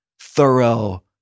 thorough